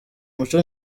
muco